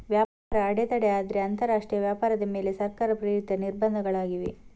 ವ್ಯಾಪಾರ ಅಡೆತಡೆ ಅಂದ್ರೆ ಅಂತರರಾಷ್ಟ್ರೀಯ ವ್ಯಾಪಾರದ ಮೇಲೆ ಸರ್ಕಾರ ಪ್ರೇರಿತ ನಿರ್ಬಂಧಗಳಾಗಿವೆ